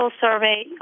survey